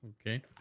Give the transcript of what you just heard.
Okay